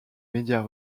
médias